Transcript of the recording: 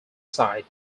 site